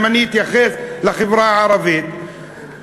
אם אני אתייחס לחברה הערבית,